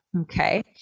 okay